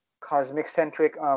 cosmic-centric